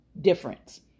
difference